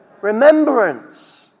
remembrance